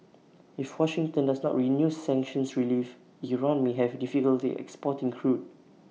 if Washington does not renew sanctions relief Iran may have difficulty exporting crude